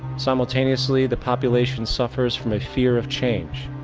simultaneously, the population suffers from a fear of change.